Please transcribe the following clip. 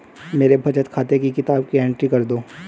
मेरे बचत खाते की किताब की एंट्री कर दो?